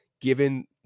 given